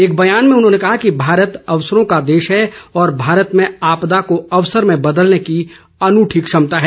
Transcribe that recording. एक बयान में उन्होंने कहा कि भारत अवसरों का देश है और भारत में आपदा को अवसर में बदलने की अनूठी क्षमता है